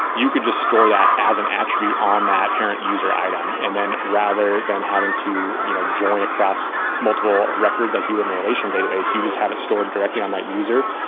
you could just store that as an attribute on that parent user item, and then rather than having to you know join a crossed multiple records like you would in a relational database, you just have it stored directly on that user.